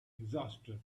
exhausted